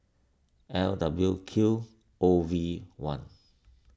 L W Q O V one